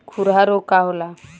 खुरहा रोग का होला?